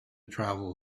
travel